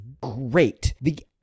great